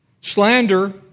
slander